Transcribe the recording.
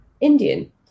Indian